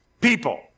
people